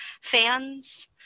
fans